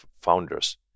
founders